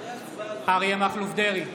אריה מכלוף דרעי,